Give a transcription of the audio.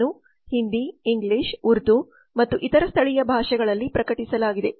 ಇದನ್ನು ಹಿಂದಿ ಇಂಗ್ಲಿಷ್ ಉರ್ದು ಮತ್ತು ಇತರ ಸ್ಥಳೀಯ ಭಾಷೆಗಳಲ್ಲಿ ಪ್ರಕಟಿಸಲಾಗಿದೆ